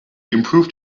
improved